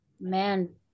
man